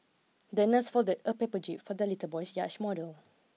the nurse folded a paper jib for the little boy's yacht model